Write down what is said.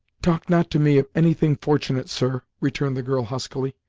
talk not to me of any thing fortunate, sir, returned the girl huskily,